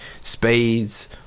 spades